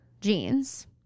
jeans